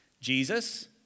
Jesus